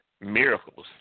miracles